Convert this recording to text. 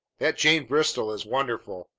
that jane bristol is wonderful!